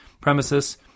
premises